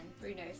Bruno